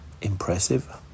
impressive